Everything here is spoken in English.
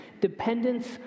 Dependence